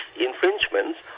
infringements